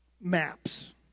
maps